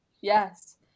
Yes